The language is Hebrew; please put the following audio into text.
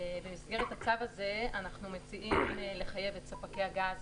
במסגרת הצו הזה, אנחנו מציעים לחייב את ספקי הגז